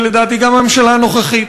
ולדעתי גם בממשלה הנוכחית,